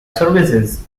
services